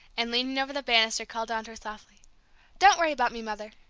and leaning over the banister called down to her softly don't worry about me, mother!